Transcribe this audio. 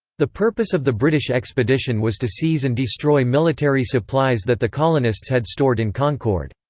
the purpose of the british expedition was to seize and destroy military supplies that the colonists had stored in concord.